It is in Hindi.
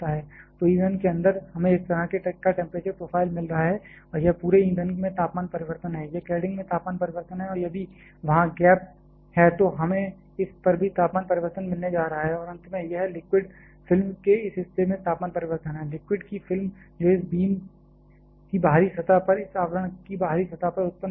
तो ईंधन के अंदर हमें इस तरह का टेंपरेचर प्रोफ़ाइल मिल रहा है और यह पूरे ईंधन में तापमान परिवर्तन है यह क्लैडिंग में तापमान परिवर्तन है और यदि वहां गैप है तो हमें इस पर भी तापमान परिवर्तन मिलने जा रहे हैं और अंत में यह लिक्विड फिल्म के इस हिस्से में तापमान परिवर्तन है लिक्विड की फिल्म जो इस बीम की बाहरी सतह पर इस आवरण की बाहरी सतह पर उत्पन्न हो सकती है